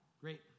Great